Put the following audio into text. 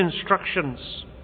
instructions